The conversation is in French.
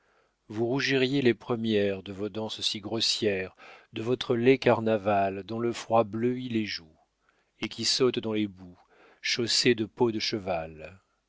vous rougiriez les premières de vos danses si grossières de votre laid carnaval dont le froid bleuit les joues et qui saute dans les boues chaussé de peau de cheval